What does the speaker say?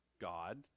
God